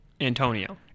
Antonio